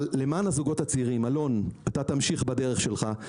אבל למען הזוגות, אלון, תמשיך בדרך שלך.